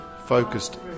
focused